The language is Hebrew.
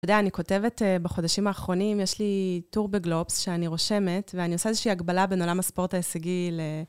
אתה יודע, אני כותבת בחודשים האחרונים, יש לי טור בגלובס שאני רושמת, ואני עושה איזושהי הקבלה בין עולם הספורט ההישגי ל...